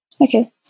Okay